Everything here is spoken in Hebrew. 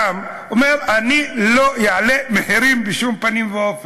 קם ואומר: אני לא אעלה מחירים בשום פנים ואופן.